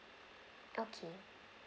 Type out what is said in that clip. okay